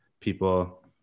people